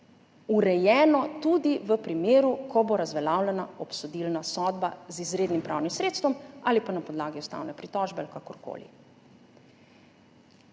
urejeno tudi v primeru, ko bo razveljavljena obsodilna sodba z izrednim pravnim sredstvom ali pa na podlagi ustavne pritožbe ali kakorkoli.